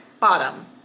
bottom